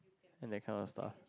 and that kind of stuff